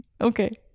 Okay